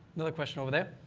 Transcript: another question over there.